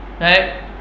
Right